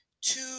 two